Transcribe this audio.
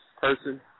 person